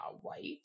white